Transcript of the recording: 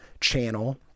channel